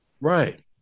right